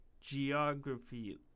Geography